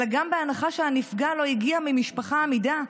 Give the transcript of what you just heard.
אלא גם בהנחה שהנפגע לא הגיע ממשפחה אמידה,